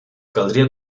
caldria